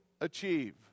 achieve